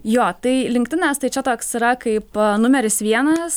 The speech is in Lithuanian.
jo tai linktdinas tai čia toks yra kaip numeris vienas